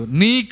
ni